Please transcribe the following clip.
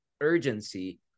urgency